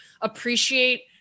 appreciate